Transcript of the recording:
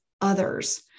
others